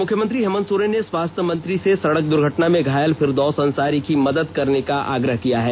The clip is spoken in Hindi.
मुख्यमंत्री हेमंत सोरेन ने स्वास्थ्य मंत्री से सड़क दुर्घटना में घायल फिरदौश अंसारी की मदद करने का आग्रह किया है